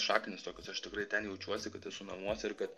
šaknys tokios aš tikrai ten jaučiuosi kad esu namuose ir kad